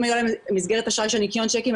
אם הייתה להם מסגרת של ניכיון צ'קים,